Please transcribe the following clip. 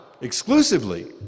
exclusively